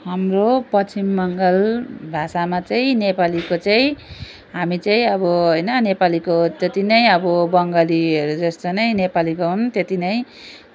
हाम्रो पश्चिम बङ्गाल भाषामा चाहिँ नेपालीको चाहिँ हामी चाहिँ अब होइन नेपालीको त्यति नै अब बङ्गालीहरू जस्तो नै नेपालीको पनि त्यति नै